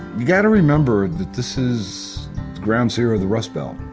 you've got to remember that this is ground zero of the rust belt.